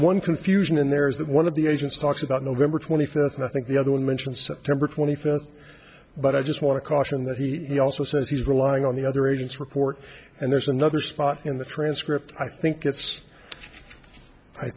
one confusion in there is that one of the agents talked about november twenty fifth and i think the other one mentions to temper twenty fifth but i just want to caution that he also says he's relying on the other agents report and there's another spot in the transcript i think i